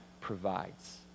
provides